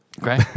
Okay